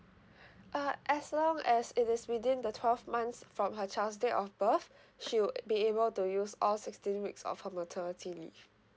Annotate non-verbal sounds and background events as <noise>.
<breath> uh as long as it is within the twelve months from her child's date of birth she would be able to use all sixteen weeks of her maternity leave